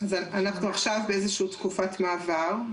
אנחנו עכשיו באיזושהי תקופת מעבר.